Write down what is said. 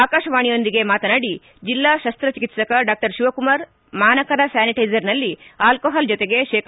ಆಕಾಶವಾಣಿಗೊಂದಿಗೆ ಮಾತನಾಡಿ ಜೆಲ್ಲಾ ಶಸ್ತಚಿಕಿತ್ಸಕ ಡಾ ಶಿವಕುಮಾರ್ ಮಾನಕರ ಸ್ಥಾನಿಟೈಜರ್ದಲ್ಲಿ ಅಲೋಹಾಲ್ ಜೊತೆಗೆ ಶೇ